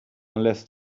unless